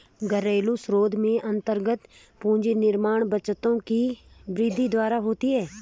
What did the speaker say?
घरेलू स्रोत में अन्तर्गत पूंजी निर्माण बचतों की वृद्धि द्वारा होती है